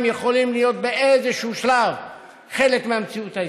יכולים להיות באיזשהו שלב חלק מהמציאות הישראלית.